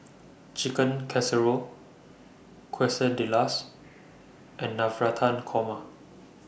Chicken Casserole Quesadillas and Navratan Korma